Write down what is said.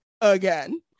again